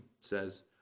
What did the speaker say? says